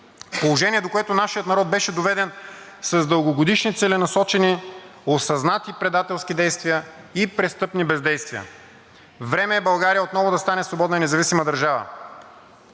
Положение, до което нашият народ беше доведен с дългогодишни целенасочени, осъзнати предателски действия и престъпни бездействия. Време е България отново да стане свободна и независима държава.